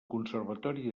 conservatori